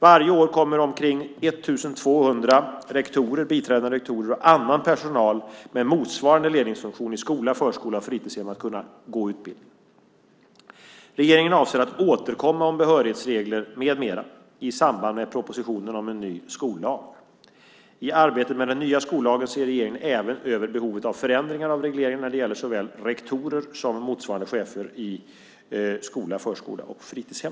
Varje år kommer omkring 1 200 rektorer, biträdande rektorer och annan personal med motsvarande ledningsfunktion i skola, förskola och fritidshem att kunna gå utbildningen. Regeringen avser att återkomma om behörighetsregler med mera i samband med propositionen om en ny skollag. I arbetet med den nya skollagen ser regeringen även över behovet av förändringar av regleringar när det gäller såväl rektorer som motsvarande chefer i skola, förskola och fritidshem.